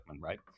right